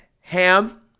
Ham